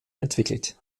entwickelt